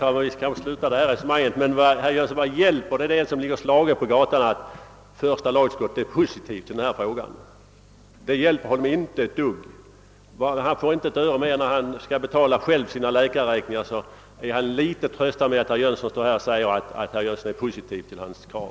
Herr talman! Utskottet har (dock, herr Sjöholm, vid tidigare behandlingar av denna fråga intagit en positiv hållning och gör det även nu. För min del tror jag inte att reservanternas förslag snabbare för frågan framåt, och därför har jag anslutit mig till utskottsmajoritetens förslag.